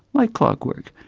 like clockwork,